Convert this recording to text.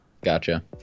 Gotcha